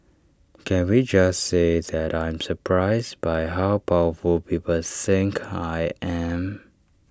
can we just say that I am surprised by how powerful people think I am